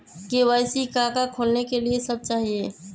KYC का का खोलने के लिए कि सब चाहिए?